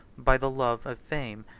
by the love of fame,